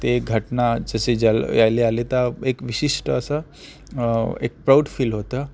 ते घटना जसे ज्याले आले तर एक विशिष्ट असं एक प्रौड फील होतं